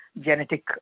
genetic